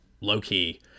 low-key